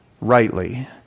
rightly